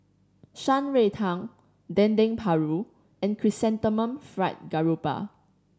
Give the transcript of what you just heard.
Shan Rui Tang Dendeng Paru and Chrysanthemum Fried Garoupa